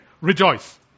Rejoice